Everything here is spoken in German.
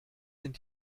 sind